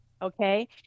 okay